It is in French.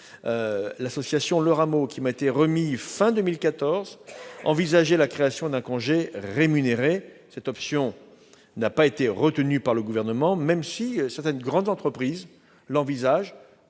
l'association Le Rameau, qui m'a été remis en 2014, envisageait la création d'un congé rémunéré. Cette option n'a pas été retenue par le Gouvernement, même si certaines grandes entreprises, comme